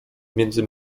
między